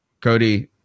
Cody